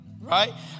Right